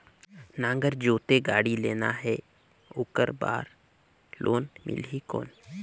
नागर जोते गाड़ी लेना हे ओकर बार लोन मिलही कौन?